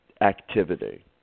activity